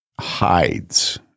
hides